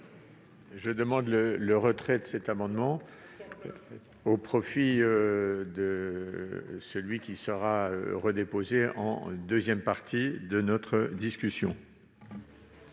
Je demande le retrait de cet amendement, au profit de celui qui sera déposé en deuxième partie de ce texte.